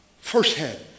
firsthand